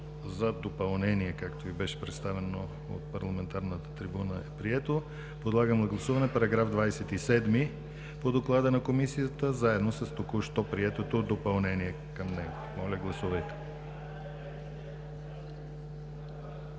за допълнение, както Ви беше представено от парламентарната трибуна, е прието. Подлагам на гласуване § 27 по доклада на Комисията, заедно с току-що приетото допълнение към него. Гласували